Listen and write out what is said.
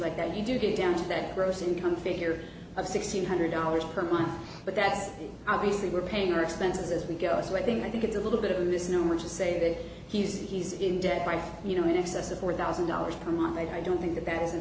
like that you do get down to that gross income figure of six hundred dollars per month but that's obviously we're paying our expenses as we go is one thing i think it's a little bit of a misnomer to say that he's he's in debt by you know in excess of four thousand dollars per month and i don't think about isn't